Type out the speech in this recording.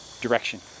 direction